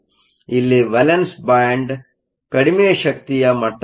ಇಲ್ಲಿ valence band ಕಡಿಮೆ ಶಕ್ತಿಯ ಮಟ್ಟದಲ್ಲಿದೆ